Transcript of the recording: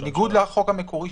בניגוד לחוק המקורי,